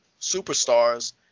superstars